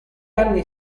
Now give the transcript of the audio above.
anni